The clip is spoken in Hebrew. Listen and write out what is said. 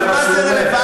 אבל מה זה רלוונטי?